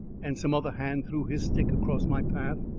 and some other hand threw his stick across my path,